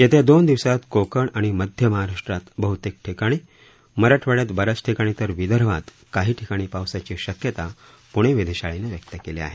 येत्या दोन दिवसात कोकण आणि मध्य महाराष्ट्रात बहुतांश ठिकाणी मराठवाडयात ब याच ठिकाणी तर विदर्भात काही ठिकाणी पावसाची शक्यता पूणे वेधशाळेनं व्यक्त केली आहे